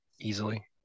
Easily